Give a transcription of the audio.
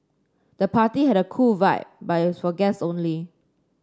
the party had a cool vibe but was for guest only